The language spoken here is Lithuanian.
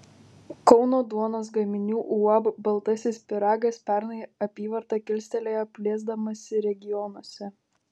kauno duonos gaminių uab baltasis pyragas pernai apyvartą kilstelėjo plėsdamasi regionuose